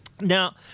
Now